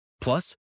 Plus